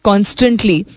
Constantly